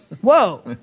whoa